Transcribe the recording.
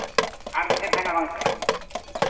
ᱟᱨ ᱢᱤᱫ ᱫᱤᱱ ᱛᱟᱦᱮᱱᱟ ᱵᱟᱝ ᱥᱮ